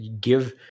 give